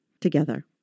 together